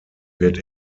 wird